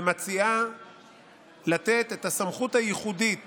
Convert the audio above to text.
ומציעה לתת את הסמכות הייחודית